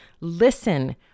listen